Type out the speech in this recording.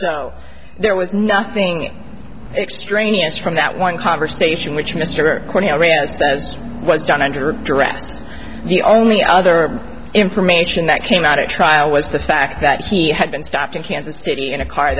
so there was nothing extraneous from that one conversation which mr quinn iran says was done under duress the only other information that came out at trial was the fact that he had been stopped in kansas city in a car